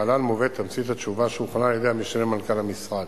להלן מובאת תמצית התשובה שהוכנה על-ידי המשנה למנכ"ל המשרד.